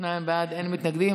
שניים בעד, אין מתנגדים.